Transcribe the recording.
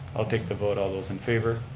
i'll take the vote, all those in favor?